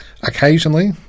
occasionally